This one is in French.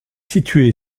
situé